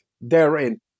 therein